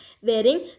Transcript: wearing